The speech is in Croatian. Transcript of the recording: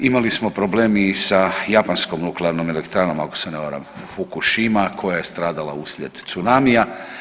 Imali smo i problem sa japanskom nuklearnom elektranom ako se ne varam Fukushima koja je stradala uslijed tsunamija.